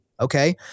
Okay